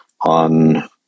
on